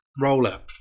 Roll-Up